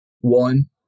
One